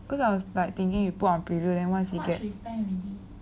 cause I was like thinking we put on preview then once we get